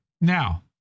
Now